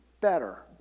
better